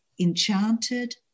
enchanted